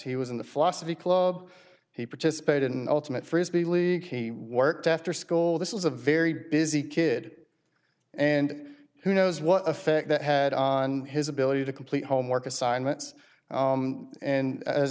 he was in the philosophy club he participated in ultimate frisbee league he worked after school this was a very busy kid and who knows what effect that had on his ability to complete homework assignments and as